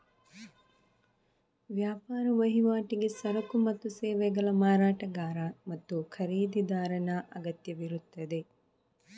ವ್ಯಾಪಾರ ವಹಿವಾಟಿಗೆ ಸರಕು ಮತ್ತು ಸೇವೆಗಳ ಮಾರಾಟಗಾರ ಮತ್ತು ಖರೀದಿದಾರನ ಅಗತ್ಯವಿರುತ್ತದೆ